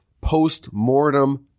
post-mortem